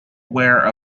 aware